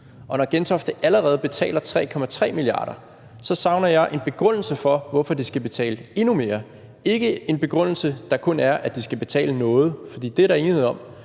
Og når Gentofte allerede betaler 3,3 mia. kr., savner jeg en begrundelse for, at de skal betale endnu mere, og ikke en begrundelse, der kun handler om, at de skal betale noget, for det er der enighed om.